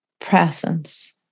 presence